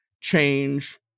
change